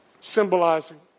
symbolizing